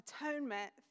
atonement